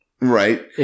Right